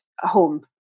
home